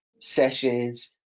sessions